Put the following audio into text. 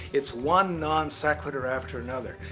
it's one non sequitur after another.